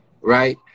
Right